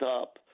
up